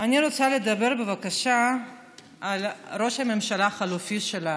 אני רוצה לדבר בבקשה על ראש הממשלה החלופי שלנו,